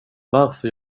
varför